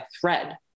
thread